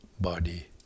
body